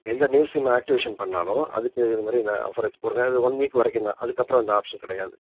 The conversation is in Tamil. எந்த நியூ சிம்மை ஆக்டிவேஷன் பண்ணாலும் அதுக்கு இது மாரி இந்த ஆஃபர் எதாச்சும் போட்டிருக்கான் இது ஒன் வீக் வரைக்கும் தான் அதுக்கப்புறம் இந்த ஆப்ஷன் கிடையாது